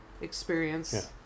Experience